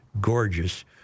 gorgeous